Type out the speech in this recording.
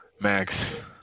Max